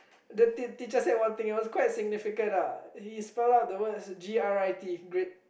the teacher said one thing ah it was quite signification ah he spelled out one thing G R I T grit